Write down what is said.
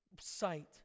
sight